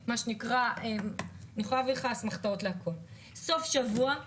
יכולה להביא אסמכתאות לכל מה שאני אומרת.